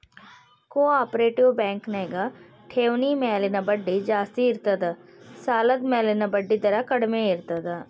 co operative bank ನ್ಯಾಗ ಠೆವ್ಣಿ ಮ್ಯಾಲಿನ್ ಬಡ್ಡಿ ಜಾಸ್ತಿ ಇರ್ತದ ಸಾಲದ್ಮ್ಯಾಲಿನ್ ಬಡ್ಡಿದರ ಕಡ್ಮೇರ್ತದ